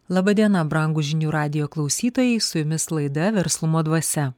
laba diena brangūs žinių radijo klausytojai su jumis laida verslumo dvasia